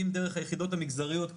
אם דרך היחידות המגזריות,